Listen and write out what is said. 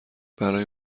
برای